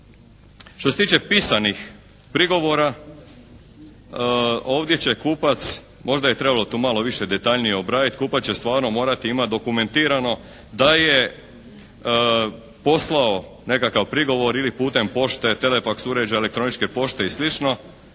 Što se tiče pisanih prigovora ovdje će kupac, možda je trebalo tu malo više detaljnije obraditi, kupac će stvarno morati imati dokumentirano da je poslao nekakav prigovor ili putem pošte, telefaks uređaja ili elektroničke pošte i